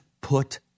put